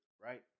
Right